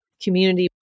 community